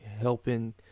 helping